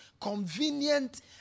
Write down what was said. convenient